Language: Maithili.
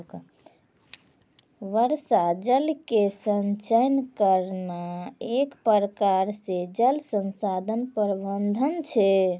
वर्षा जल के संचयन करना एक प्रकार से जल संसाधन प्रबंधन छै